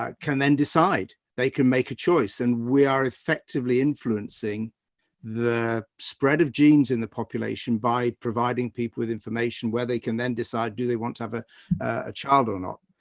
can then decide they can make a choice. and we are effectively influencing the spread of genes in the population by providing people with information where they can then decide do they want to have a a child or not.